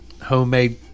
homemade